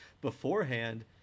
beforehand